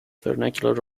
vernacular